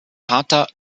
vater